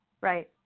Right